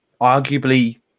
arguably